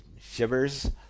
shivers